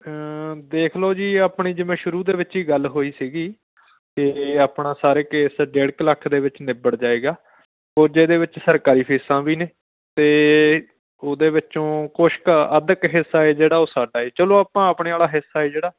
ਦੇਖ ਲਓ ਜੀ ਆਪਣੀ ਜਿਵੇਂ ਸ਼ੁਰੂ ਦੇ ਵਿੱਚ ਹੀ ਗੱਲ ਹੋਈ ਸੀਗੀ ਅਤੇ ਆਪਣਾ ਸਾਰੇ ਕੇਸ ਡੇਢ ਕੁ ਲੱਖ ਦੇ ਵਿੱਚ ਨਿਬੜ ਜਾਏਗਾ ਕੁਝ ਇਹਦੇ ਵਿੱਚ ਸਰਕਾਰੀ ਫੀਸਾਂ ਵੀ ਨੇ ਅਤੇ ਉਹਦੇ ਵਿੱਚੋਂ ਕੁਛ ਕੁ ਅੱਧ ਕੁ ਹਿੱਸਾ ਏ ਜਿਹੜਾ ਉਹ ਸਾਡਾ ਏ ਚਲੋ ਆਪਾਂ ਆਪਣੇ ਵਾਲਾ ਹਿੱਸਾ ਜਿਹੜਾ